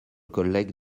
collègue